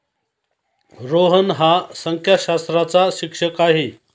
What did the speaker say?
रोहन हा संख्याशास्त्राचा शिक्षक आहे